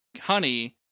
Honey